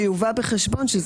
שיובא בחשבון.